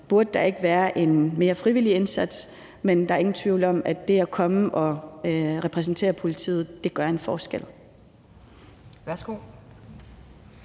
burde være en mere frivillig indsats. Men der er ingen tvivl om, at det at komme og repræsentere politiet gør en forskel.